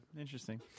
interesting